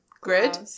grid